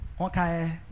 Okay